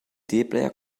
player